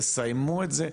תסיימו את זה.